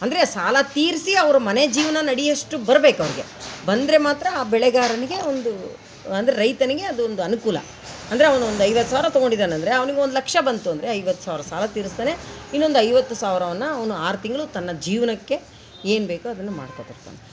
ಅಂದರೆ ಸಾಲ ತೀರಿಸಿ ಅವ್ರ ಮನೆ ಜೀವನ ನಡಿಯೊಷ್ಟು ಬರಬೇಕ್ ಅವ್ರಿಗೆ ಬಂದರೆ ಮಾತ್ರ ಆ ಬೆಳೆಗಾರನಿಗೆ ಒಂದು ಅಂದರೆ ರೈತನಿಗೆ ಅದೊಂದು ಅನುಕೂಲ ಅಂದರೆ ಅವ್ನು ಒಂದು ಐವತ್ತು ಸಾವಿರ ತಗೊಂಡಿದಾನಂದರೆ ಅವನಿಗೊಂದ್ ಲಕ್ಷ ಬಂತು ಅಂದರೆ ಐವತ್ತು ಸಾವಿರ ಸಾಲ ತೀರಿಸ್ತಾನೆ ಇನ್ನೊಂದು ಐವತ್ತು ಸಾವಿರವನ್ನ ಅವನು ಆರು ತಿಂಗ್ಳು ತನ್ನ ಜೀವನಕ್ಕೆ ಏವು ಬೇಕು ಅದನ್ನು ಮಾಡಿಕೊತಿರ್ತಾನೆ